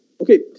Okay